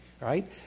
Right